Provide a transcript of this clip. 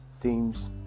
themes